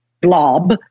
blob